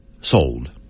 sold